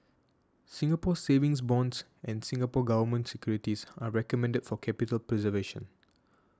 Singapore Savings Bonds and Singapore Government Securities are recommended for capital preservation